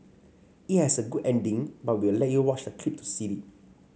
it has a good ending but we'll let you watch the clip to see it